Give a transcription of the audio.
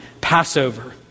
Passover